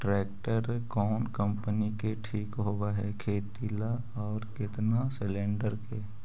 Tractor कोन company के ठीक होब है खेती ल औ केतना सलेणडर के?